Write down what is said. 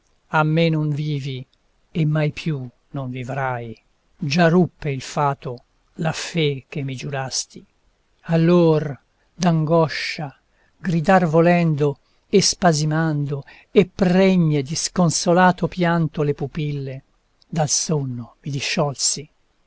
a me non vivi e mai più non vivrai già ruppe il fato la fe che mi giurasti allor d'angoscia gridar volendo e spasimando e pregne di sconsolato pianto le pupille dal sonno mi disciolsi